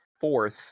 fourth